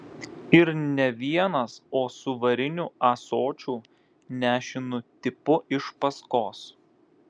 ir ne vienas o su variniu ąsočiu nešinu tipu iš paskos